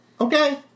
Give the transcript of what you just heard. Okay